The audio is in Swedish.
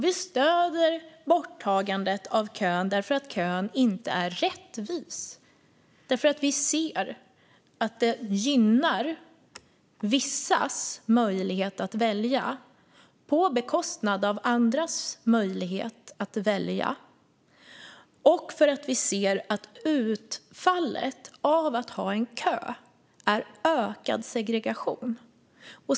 Vi stöder borttagandet av kön eftersom kön inte är rättvis, eftersom vi ser att den gynnar vissas möjlighet att välja på bekostnad av andras möjlighet att välja och eftersom vi ser att utfallet av att ha en kö är ökad segregation.